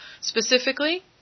specifically